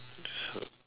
so